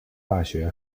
大学